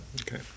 Okay